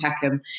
Peckham